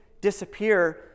disappear